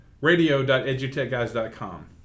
Radio.edutechguys.com